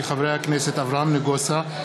כי חברי הכנסת אברהם נגוסה,